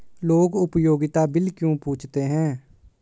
लोग उपयोगिता बिल क्यों पूछते हैं?